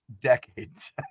decades